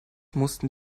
mussten